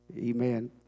Amen